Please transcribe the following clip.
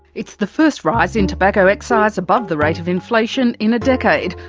it's the first rise in tobacco excise above the rate of inflation in a decade,